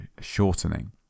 shortening